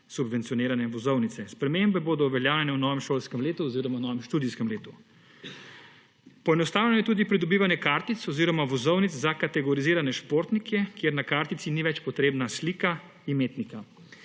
subvencionirane vozovnice. Spremembe bodo uveljavljene v novem šolskem letu oziroma v novem študijskem letu. Poenostavljeno je tudi pridobivanje kartic oziroma vozovnic za kategorizirane športnike, kjer na kartici ni več potrebna slika imetnika.